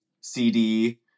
CD